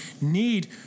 need